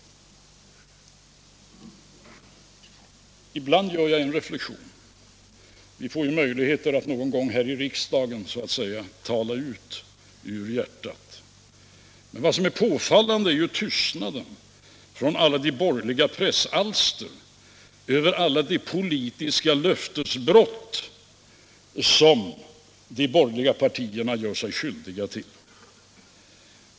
Ibland gör jag en reflexion — vi får ju möjligheter att någon gång här i riksdagen så att säga tala fritt ur hjärtat. Vad som är påfallande är tystnaden hos de borgerliga pressalstren när det gäller alla de politiska löftesbrott som de borgerliga partierna gör sig skyldiga till.